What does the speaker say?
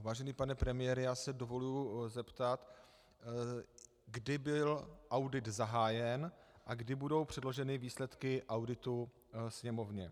Vážený pane premiére, dovoluji se zeptat, kdy byl audit zahájen a kdy budou předloženy výsledky auditu Sněmovně.